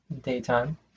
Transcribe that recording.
Daytime